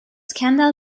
scandal